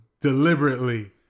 deliberately